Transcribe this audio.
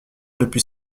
depuis